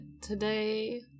today